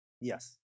yes